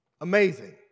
Amazing